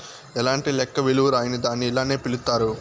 ఎలాంటి లెక్క విలువ రాయని దాన్ని ఇలానే పిలుత్తారు